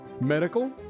medical